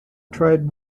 tried